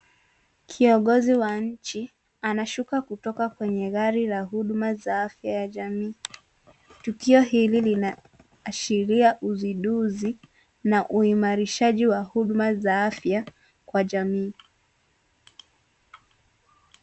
Kiongozi wa nchi anashuka kutoka kwenye gari la huduma ya afya ya jamii. Tukio hili linaashiria uzinduzi na uimarishaji wa huduma za afya kwa jamii.